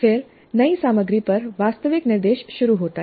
फिर नई सामग्री पर वास्तविक निर्देश शुरू होता है